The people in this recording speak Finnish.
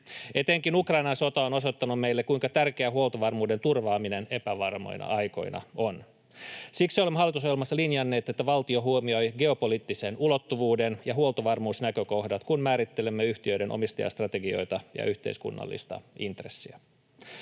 Etenkin Ukrainan sota on osoittanut meille, kuinka tärkeää huoltovarmuuden turvaaminen epävarmoina aikoina on. Siksi olemme hallitusohjelmassa linjanneet, että valtio huomioi geopoliittisen ulottuvuuden ja huoltovarmuusnäkökohdat, kun määrittelemme yhtiöiden omistajastrategioita ja yhteiskunnallista intressiä.